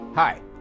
Hi